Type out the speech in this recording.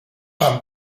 fan